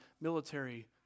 military